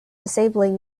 disabling